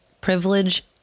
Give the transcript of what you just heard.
privilege